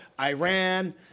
Iran